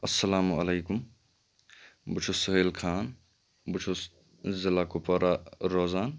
اَلسَلامُ علیکُم بہٕ چھُس سُہیل خان بہٕ چھُس ضلع کپوارا روزان